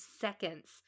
seconds